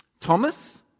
Thomas